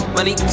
Money